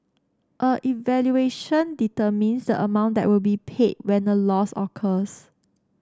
a evaluation determines amount that will be paid when a loss occurs